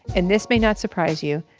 and this may not surprise you,